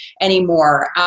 anymore